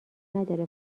نداره